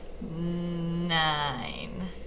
Nine